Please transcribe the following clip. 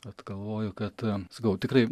vat galvoju kad sakau tikrai